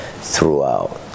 throughout